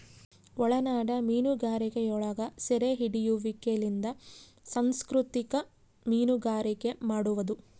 ಒಳನಾಡ ಮೀನುಗಾರಿಕೆಯೊಳಗ ಸೆರೆಹಿಡಿಯುವಿಕೆಲಿಂದ ಸಂಸ್ಕೃತಿಕ ಮೀನುಗಾರಿಕೆ ಮಾಡುವದು